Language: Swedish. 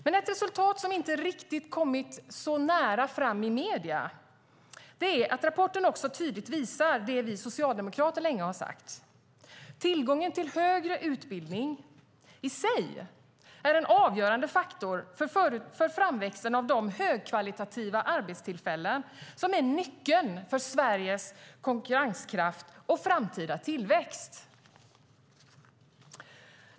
Men en sak som inte riktigt kommit fram i medierna är att rapporten tydligt visar något vi socialdemokrater länge har sagt: Tillgången till högre utbildning är i sig en avgörande faktor för framväxten av de högkvalitativa arbetstillfällen som är nyckeln för Sveriges konkurrenskraft och framtida tillväxt.